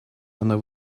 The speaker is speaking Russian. она